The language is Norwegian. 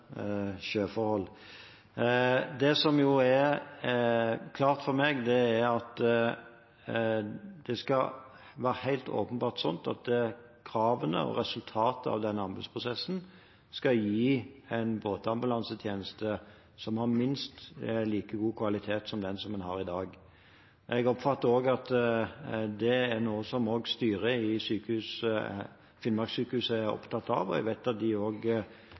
skal være slik at kravene og resultatet av den anbudsprosessen skal gi en båtambulansetjeneste som har minst like god kvalitet som den en har i dag. Jeg oppfatter også at det er noe som også styret i Finnmarkssykehuset er opptatt av, og jeg vet at de